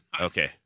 Okay